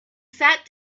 sat